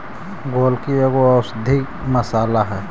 गोलकी एगो औषधीय मसाला हई